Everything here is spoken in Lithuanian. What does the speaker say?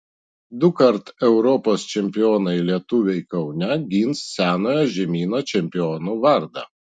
dukart europos čempionai lietuviai kaune gins senojo žemyno čempionų vardą